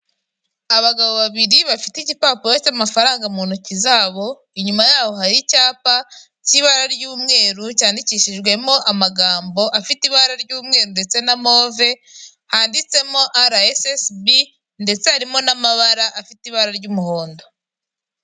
Abagabo babiri bafite igipapuro cy'amafaranga mu ntoki zabo, inyuma yabo hari icyapa cy'ibara ry'umweru cyandikishijwemo amagambo afite ibara ry'umweru, ndetse na move handitsemo ar esi esibi, ndetse harimo n'amabara afite ibara ry'umuhondo.